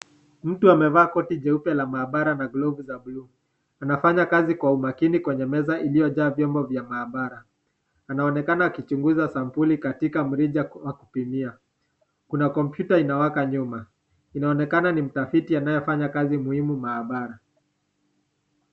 Mtu amevaa koti jeupe la maabara na glovu za bluu. Anafanya kazi kwa umakini kwenye meza iliyojaa vyombo vya maabara. Anaonekana akichunguza sampuli katika mrija wa kupimia. Kuna kompyuta inawaka nyuma. Inaonekana ni mtafiti anayefanya kazi muhimu maabara.